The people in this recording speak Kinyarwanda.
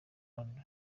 hon